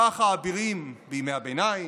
כך האבירים בימי הביניים,